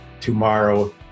tomorrow